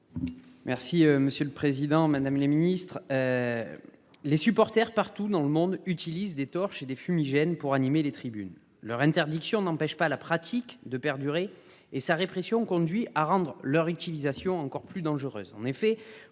Merci, monsieur le Président Madame la Ministre. Les supporters partout dans le monde utilisent des torches et des fumigènes pour animer les tribunes leur interdiction n'empêche pas la pratique de perdurer et sa répression conduit à rendre leur utilisation encore plus dangereux. En effet,